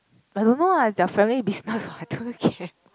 but I don't know lah their family business what I don't care